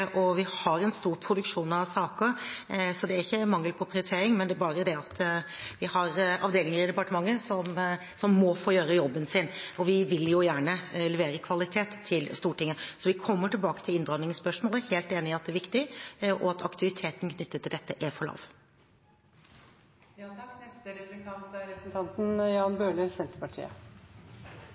og vi har en stor produksjon av saker. Det er ikke mangel på prioritering, det er bare det at vi har avdelinger i departementet som må få gjøre jobben sin, og vi vil jo gjerne levere kvalitet til Stortinget. Så vi kommer tilbake til inndragningsspørsmålet. Jeg er helt enig i at det er viktig, og at aktiviteten knyttet til dette er for lav.